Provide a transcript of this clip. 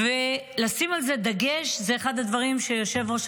לשים על זה דגש זה אחד הדברים שיושב-ראש